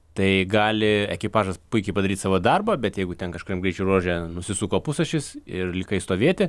tai gali ekipažas puikiai padaryt savo darbą bet jeigu ten kažkam greičio ruože nusisuko pusašis ir likai stovėti